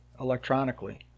electronically